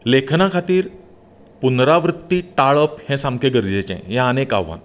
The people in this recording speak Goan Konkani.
लेखना खातीर पुर्नआवृत्ती टाळप हें सामकें गरजेचें हें आनी एक आव्हान